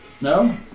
No